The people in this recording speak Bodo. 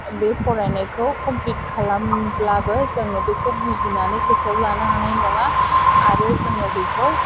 बे फरायनायखौ कमफ्लिथ खालामोब्लाबो जोङो बिखौ बुजिनानै गोसोआव लानो हानाय नङा आरो जोङो बिखौ